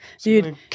Dude